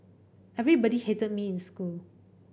everybody hated me in school